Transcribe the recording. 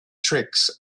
tricks